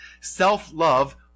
Self-love